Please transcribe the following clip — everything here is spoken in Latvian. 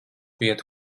vietu